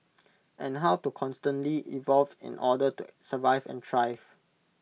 and how to constantly evolve in order to survive and thrive